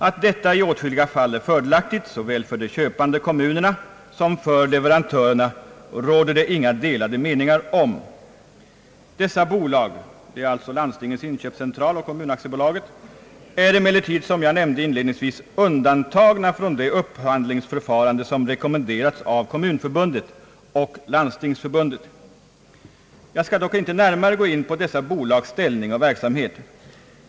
Att detta i åtskilliga fall är fördelaktigt såväl för de köpande kommunerna som för leverantörerna råder det inga delade meningar om. Dessa bolag — alltså Landstingens inköpscentral och Kommunaktiebolaget — är emellertid, som jag nämnde inledningsvis, undantagna från det upphandlingsförfarande, som rekommenderats av Kommunförbundet och Landstingsförbundet. Jag skall dock inte närmare gå in på dessa bolags ställning och verksamhet.